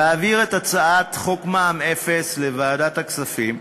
להעביר את הצעת חוק מע"מ אפס לוועדת הכספים.